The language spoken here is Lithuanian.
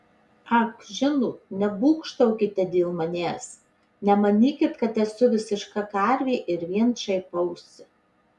ak žinot nebūgštaukite dėl manęs nemanykit kad esu visiška karvė ir vien šaipausi